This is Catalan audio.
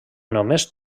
només